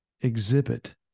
exhibit